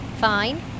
Fine